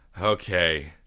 Okay